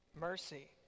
mercy